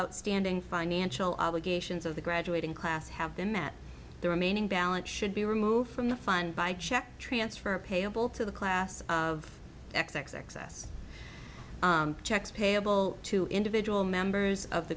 outstanding financial obligations of the graduating class have been met the remaining balance should be removed from the fund by check transfer payable to the class of x x x s checks payable to individual members of the